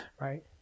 right